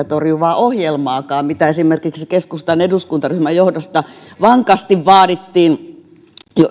torjuvaa ohjelmaakaan mitä esimerkiksi keskustan eduskuntaryhmän johdosta vankasti vaadittiin jo